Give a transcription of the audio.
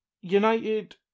United